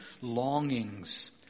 longings